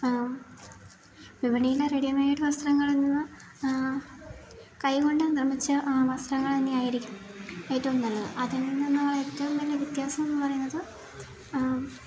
വിപണയിലെ readymade വസ്ത്രങ്ങളെന്ന് കൈ കൊണ്ട് നിർമ്മിച്ച വസ്ത്രങ്ങൾ തന്നെ ആയിരിക്കും ഏറ്റവും നല്ലത് അതിൽ നിന്ന് ഏറ്റവും വലിയ വ്യത്യാസം എന്ന് പറയുന്നത്